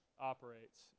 operates